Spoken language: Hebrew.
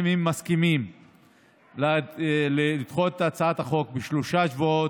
אם הם מסכימים לדחות בשלושה שבועות,